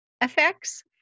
effects